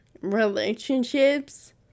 relationships